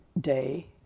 day